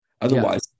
Otherwise